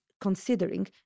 considering